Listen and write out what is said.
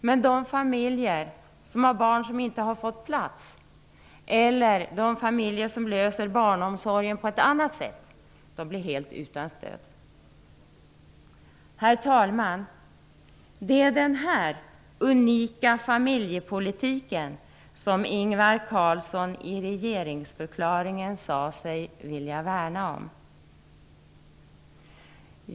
Men de familjer som har barn som inte har fått plats eller de familjer som löser barnomsorgen på ett annat sätt blir helt utan stöd. Herr talman! Det är den här unika familjepolitiken som Ingvar Carlsson i regeringsförklaringen sade sig vilja värna om.